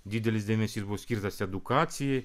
didelis dėmesys buvo skirtas edukacijai